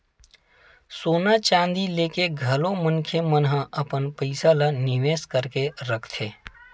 सोना चांदी लेके घलो मनखे मन ह अपन पइसा ल निवेस करके रखथे